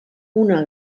una